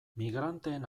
migranteen